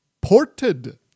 ported